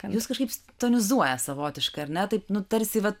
jus kažkaip tonizuoja savotiškai ar ne taip nu tarsi vat